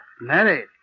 Married